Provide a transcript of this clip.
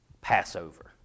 Passover